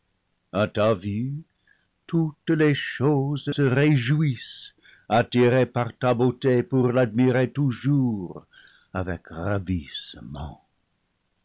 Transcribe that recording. ta vue toutes les choses se réjouissent attirées par ta beauté pour l'admirer toujours avec ravissement